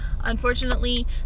unfortunately